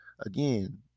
again